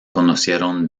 conocieron